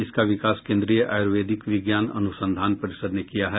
इसका विकास कोन्द्रीय आर्यूेदिक विज्ञान अनुसंधान परिषद ने किया है